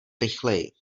rychleji